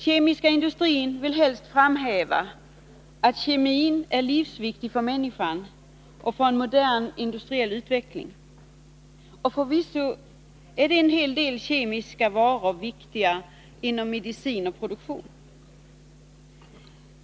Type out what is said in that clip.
Den kemiska industrin vill helst framhäva att kemin är livsviktig för människan och för en modern industriell utveckling. Förvisso är en hel del kemiska varor viktiga inom medicin och produktion.